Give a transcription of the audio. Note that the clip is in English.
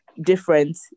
different